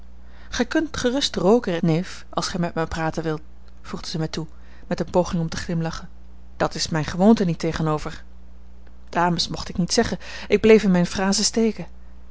gij kunt gerust rooken neef als gij met mij praten wilt voegde zij mij toe met eene poging om te glimlachen dat is mijne gewoonte niet tegenover dames mocht ik niet zeggen ik bleef in mijne phrase steken